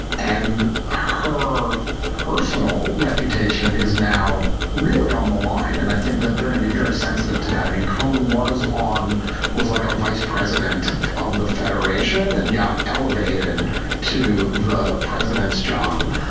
and her personal reputation is now really on the line. and i think that they're going to be very sensitive to that. i mean, cohen was on was like i'm vice president of the federation and got elevated to the president's job.